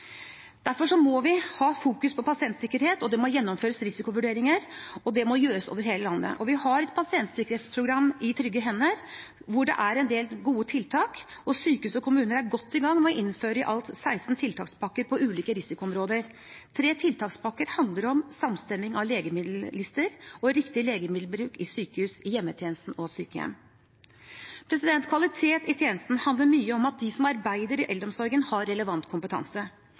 Derfor må vi ha fokus på pasientsikkerhet, det må gjennomføres risikovurderinger, og det må gjøres over hele landet. Vi har et pasientsikkerhetsprogram – I trygge hender – hvor det er en del gode tiltak, og sykehus og kommuner er godt i gang med å innføre i alt 16 tiltakspakker på ulike risikoområder. Tre tiltakspakker handler om samstemming av legemiddellister og riktig legemiddelbruk i sykehus, hjemmetjenesten og sykehjem. Kvalitet i tjenesten handler mye om at de som arbeider i eldreomsorgen, har relevant kompetanse.